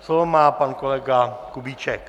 Slovo má pan kolega Kubíček.